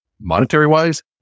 monetary-wise